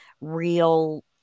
real